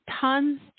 tons